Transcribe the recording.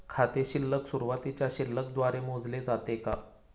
खाते शिल्लक सुरुवातीच्या शिल्लक द्वारे मोजले जाते का?